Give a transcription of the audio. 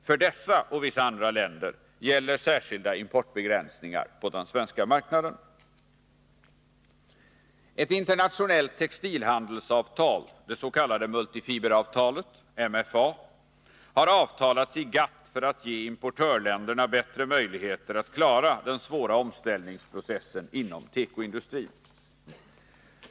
För dessa och vissa andra länder gäller särskilda importbegränsningar på den svenska marknaden. Ett internationellt textilhandelsavtal, det s.k. multifiberavtalet , har avtalats i GATT för att ge importörländerna bättre möjligheter att klara den svåra omställningsprocessen inom tekoindustrin.